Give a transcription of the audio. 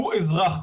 הוא אזרח,